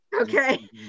Okay